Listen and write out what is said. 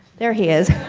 there he is,